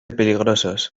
peligrosos